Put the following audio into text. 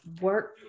work